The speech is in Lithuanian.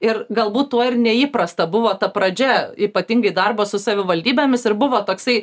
ir galbūt tuo ir neįprasta buvo ta pradžia ypatingai darbo su savivaldybėmis ir buvo toksai